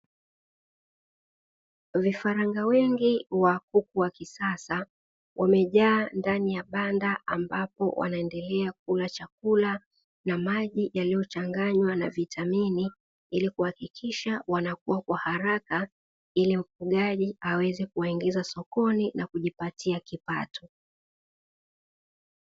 Vifaranga wengi wa kuku wa kisasa wamejaa ndani ya banda ambapo wanaendelea kula chakula na maji yalichanganywa na vitamini ili kuhakikisha wanakua kwa haraka ili mfugaji aweze kuwaingiza sokoni na kujipatia kipato.